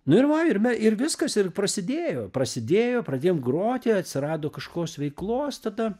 nu ir va ir me ir viskas ir prasidėjo prasidėjo pradėjom groti atsirado kažkokios veiklos tada